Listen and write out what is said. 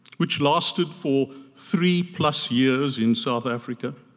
which lasted for three plus years in south africa.